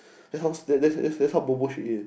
that's how that's that's how bobo she is